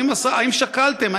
האם שקלתם?